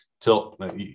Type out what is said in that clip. Tilt